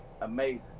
Amazing